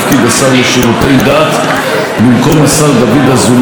השר לשירותי דת במקום השר דוד אזולאי,